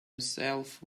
itself